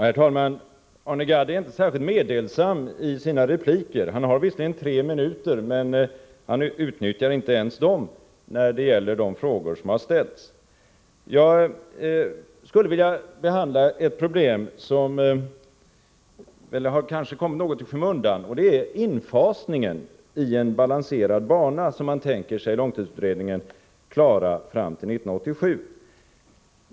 Herr talman! Arne Gadd är inte särskilt medelsam i sina repliker. Han har visserligen bara tre minuter till sitt förfogande, men han utnyttjar inte ens dem till att besvara de frågor som har ställts. Jag skulle vilja behandla ett problem som kanske kommit något i skymundan, och det är infasningen i en balanserad bana som man i långtidsutredningen tänker sig klara fram till 1987.